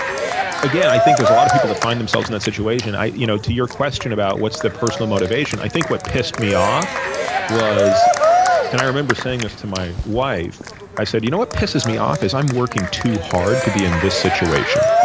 again, i think there's a lot of people that find themselves in that situation. you know to your question about what's the personal motivation, i think what pissed me off was and i remember saying this to my wife i said, you know what pisses me off is i'm working too hard to be in this situation.